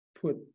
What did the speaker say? put